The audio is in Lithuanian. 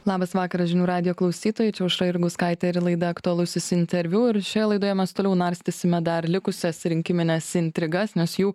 labas vakaras žinių radijo klausytojai čia aušra jurgauskaitė ir laida aktualusis interviu ir šioje laidoje mes toliau narstysime dar likusias rinkimines intrigas nes jų